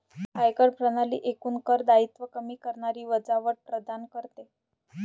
आयकर प्रणाली एकूण कर दायित्व कमी करणारी वजावट प्रदान करते